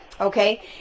Okay